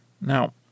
Now